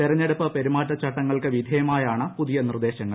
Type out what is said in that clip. തെരഞ്ഞെടുപ്പ് പെരുമാറ്റച്ചട്ടങ്ങൾക്ക് വിധേയമായാണ് പുതിയ നിർദ്ദേശങ്ങൾ